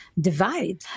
divide